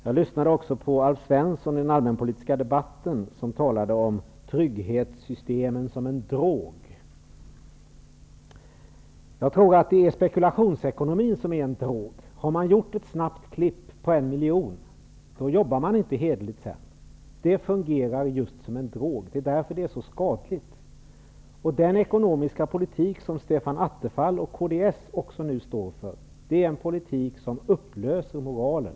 Jag lyssnade också tidigare i en allmänpolitisk debatt på Alf Svensson som talade om trygghetssystemen som en drog. Jag tror att det är spekulationsekonomin som är en drog. Har man gjort ett snabbt klipp på en miljon, jobbar man inte hederligt längre. Det fungerar just som en drog. Det är därför det är så skadligt. Den ekonomiska politik som Stefan Attefall och kds står för är en politik som upplöser moralen.